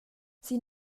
sie